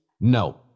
No